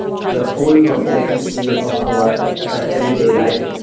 the whole complexity of our everyday life,